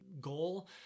goal